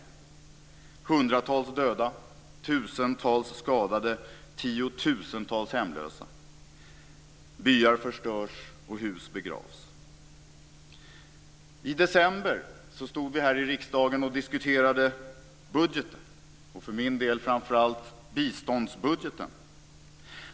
Det är hundratals döda, tusentals skadade och tiotusentals hemlösa. Byar förstörs, och hus begravs. I december stod vi här i riksdagen och diskuterade budgeten. För min del handlade det framför allt om biståndsbudgeten.